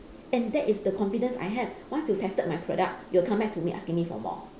and that is the confidence I have once you tested my products you'll come back asking me for more